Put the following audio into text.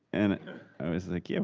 and i was like, yeah,